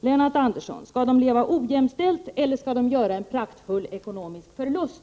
Lennart Andersson, skall de leva ojämställt eller skall de göra en praktfull ekonomisk förlust?